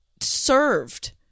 served